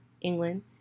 England